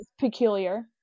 peculiar